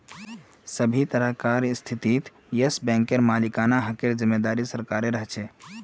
सभी तरहकार स्थितित येस बैंकेर मालिकाना हकेर जिम्मेदारी सरकारेर ह छे